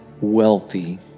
wealthy